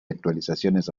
actualizaciones